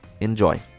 Enjoy